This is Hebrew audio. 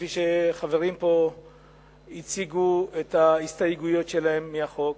כפי שחברים פה הציגו את ההסתייגויות שלהם לחוק.